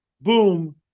boom